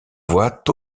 voient